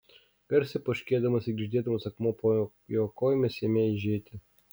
garsiai poškėdamas ir girgždėdamas akmuo po jo kojomis ėmė eižėti